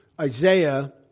Isaiah